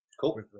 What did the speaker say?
Cool